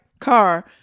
car